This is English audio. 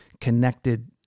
connected